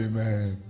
Amen